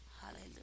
hallelujah